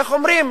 איך אומרים